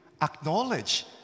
Acknowledge